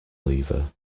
lever